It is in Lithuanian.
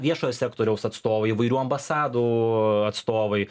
viešojo sektoriaus atstovai įvairių ambasadų atstovai